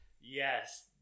Yes